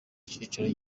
cicaro